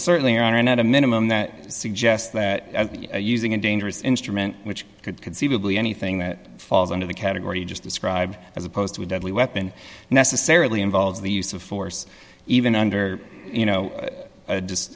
certainly there are not a minimum that suggests that using a dangerous instrument which could conceivably anything that falls under the category you just described as opposed to a deadly weapon necessarily involves the use of force even under you know just